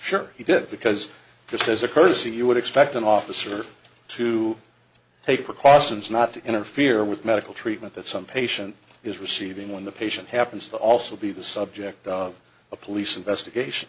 shirt he did because this is a courtesy you would expect an officer to take precautions not to interfere with medical treatment that some patient is receiving when the patient happens to also be the subject of a police investigation